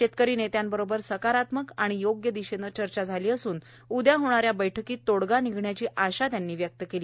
शेतकरी नेत्यांबरोबर सकारात्मक आणि योग्य दिशेने चर्चा झाली असून उदया होणाऱ्या बैठकीत तोडगा निघण्याची आशाही त्यांनी व्यक्त केली